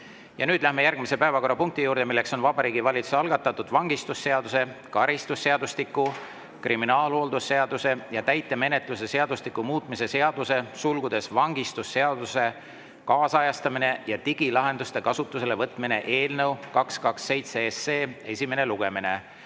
Nüüd läheme järgmise päevakorrapunkti juurde, milleks on Vabariigi Valitsuse algatatud vangistusseaduse, karistusseadustiku, kriminaalhooldusseaduse ja täitemenetluse seadustiku muutmise seaduse (vangistusseaduse kaasajastamine ja digilahenduste kasutusele võtmine) eelnõu 227 esimene lugemine.